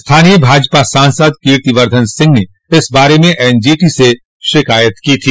स्थानीय भाजपा सांसद कीर्ति वर्द्वन सिंह ने इस बारे में एनजीटी से शिकायत की थी